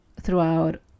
throughout